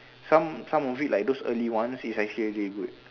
some some of it like those early one is actually really good